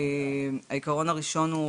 העיקרון הראשון הוא